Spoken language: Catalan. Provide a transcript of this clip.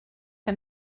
que